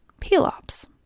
Pelops